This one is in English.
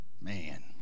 Man